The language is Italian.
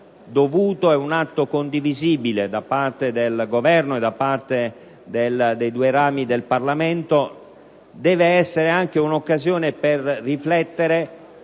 dovuto e un atto condivisibile da parte del Governo e da parte dei due rami del Parlamento, deve essere anche un'occasione per riflettere